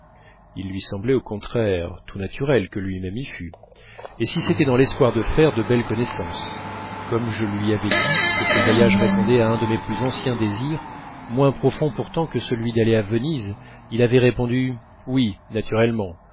et si c'était dans l'espoir de faire de belles connaissances comme je lui avais dit que ce voyage répondait à un de mes plus anciens désirs moins profond pourtant que celui d'aller à venise il avait répondu oui naturellement